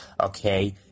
okay